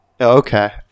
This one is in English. Okay